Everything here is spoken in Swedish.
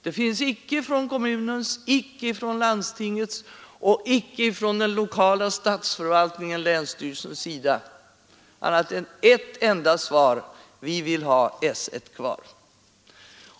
Det finns icke från kommunens, landstingets, den lokala statsförvaltningens dvs. länsstyrelsens sida annat än ett enda svar: Vi vill ha S 1 kvar!